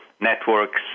networks